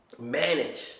manage